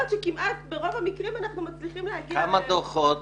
אני אומרת שכמעט ברוב המקרים אנחנו מצליחים להגיע --- כמה דוחות